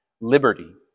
liberty